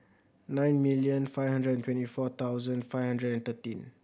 nine million five hundred and twenty four thousand five hundred and thirteen